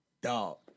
dog